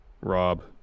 Rob